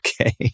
Okay